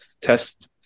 test